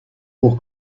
pour